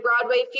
broadway